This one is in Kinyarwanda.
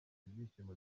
ibyishimo